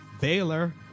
baylor